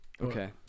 okay